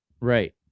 Right